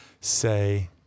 say